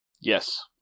Yes